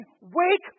wake